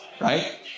Right